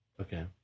Okay